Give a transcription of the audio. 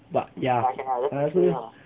but ya actually